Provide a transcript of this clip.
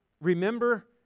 remember